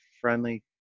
friendly